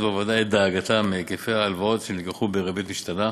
בוועדה את דאגתם מהיקפי ההלוואות שנלקחו בריבית משתנה,